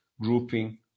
grouping